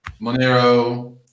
Monero